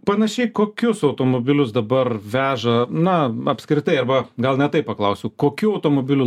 panašiai kokius automobilius dabar veža na apskritai arba gal ne taip paklausiu kokių automobilių